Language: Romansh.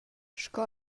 sco